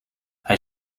hij